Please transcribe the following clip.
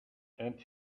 and